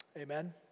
Amen